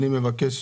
אני מזכיר